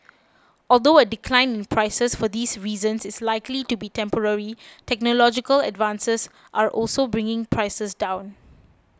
although a decline in prices for these reasons is likely to be temporary technological advances are also bringing prices down